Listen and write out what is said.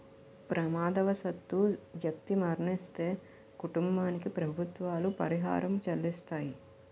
ప్రమాదవశాత్తు వ్యక్తి మరణిస్తే కుటుంబానికి ప్రభుత్వాలు పరిహారం చెల్లిస్తాయి